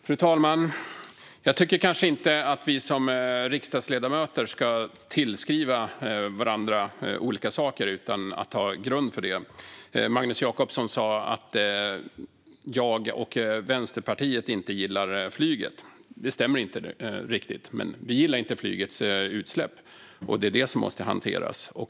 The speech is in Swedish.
Fru talman! Jag tycker inte att vi som riksdagsledamöter ska tillskriva varandra olika saker utan att ha grund för det. Magnus Jacobsson sa att jag och Vänsterpartiet inte gillar flyget. Det stämmer inte riktigt. Vi gillar inte flygets utsläpp . Det är de som måste hanteras.